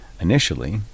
initially